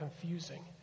confusing